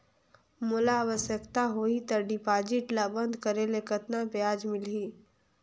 मोला आवश्यकता होही त डिपॉजिट ल बंद करे ले कतना ब्याज मिलही?